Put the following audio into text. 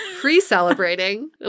pre-celebrating